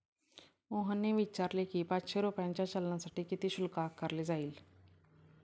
मोहनने विचारले की, पाचशे रुपयांच्या चलानसाठी किती शुल्क आकारले जाईल?